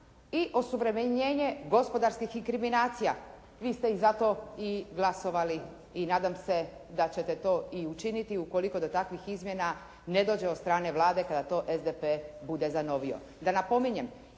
i osuvremenjenje gospodarskih inkriminacija. Vi ste i za to i glasovali i nadam se da ćete to i učiniti ukoliko do takvih izmjena ne dođe od strane Vlade kada to SDP bude zanovio.